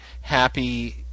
happy